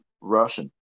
Russian